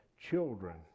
Children